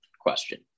question